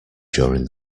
during